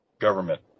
government